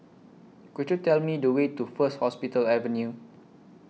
Could YOU Tell Me The Way to First Hospital Avenue